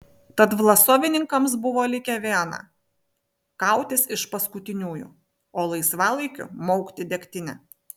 tad vlasovininkams buvo likę viena kautis iš paskutiniųjų o laisvalaikiu maukti degtinę